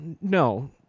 no